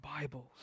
Bibles